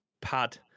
pad